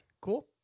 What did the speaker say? cool